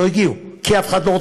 לא הגיעו,